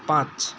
पाँच